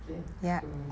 can so